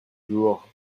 jour